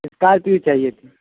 Scorpio چاہیے تھی